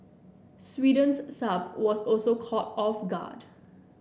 Sweden's Saab was also caught off guard